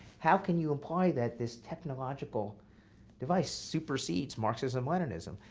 how can you apply that this pathological device supersedes marxism, leninism?